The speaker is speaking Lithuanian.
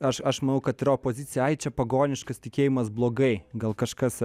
aš aš manau kad yra opozicija ai čia pagoniškas tikėjimas blogai gal kažkas